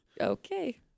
Okay